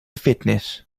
fitness